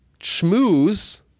schmooze